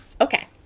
Okay